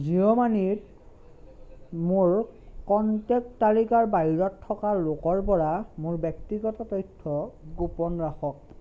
জিঅ' মানিত মোৰ কণ্টেক্ট তালিকাৰ বাহিৰত থকা লোকৰ পৰা মোৰ ব্যক্তিগত তথ্য গোপনে ৰাখক